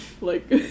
like-